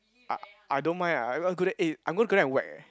I I don't mind ah I wanna go there eh I'm gonna go there and whack eh